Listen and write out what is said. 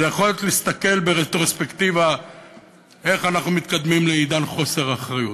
היכולת להסתכל ברטרוספקטיבה איך אנחנו מתקדמים לעידן חוסר אחריות.